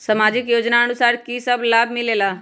समाजिक योजनानुसार कि कि सब लाब मिलीला?